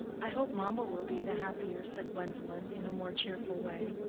i hope mamma will be the happier, said gwendolen, in a more cheerful way,